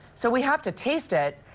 so we have to taste it,